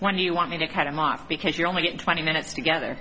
when you want me to cut him off because you only get twenty minutes together